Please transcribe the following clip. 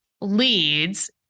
leads